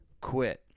quit